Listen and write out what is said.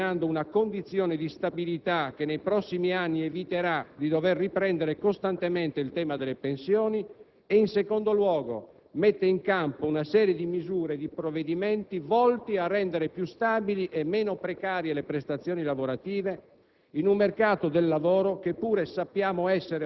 mette a regime il sistema pensionistico, determinando una condizione di stabilità che nei prossimi anni eviterà di dover riprendere costantemente il tema delle pensioni; e, in secondo luogo, mette in campo una serie di misure e di provvedimenti volti a rendere più stabili e meno precarie le prestazioni lavorative,